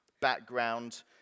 background